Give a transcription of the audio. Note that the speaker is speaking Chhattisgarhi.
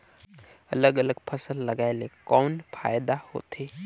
अलग अलग फसल लगाय ले कौन फायदा होथे?